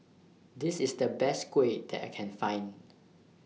This IS The Best Kuih that I Can Find